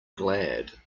glad